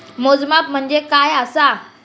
मोजमाप म्हणजे काय असा?